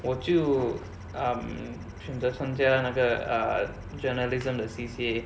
我就 um 选择参加那个 err journalism 的 C_C_A